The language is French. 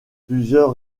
plusieurs